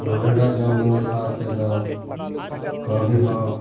ᱱᱚᱸᱰᱮᱱᱟᱜ ᱡᱚᱢ ᱧᱩ ᱥᱟᱶ ᱛᱮᱫᱚ ᱠᱟᱹᱣᱰᱤ ᱦᱚᱸ